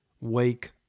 Wake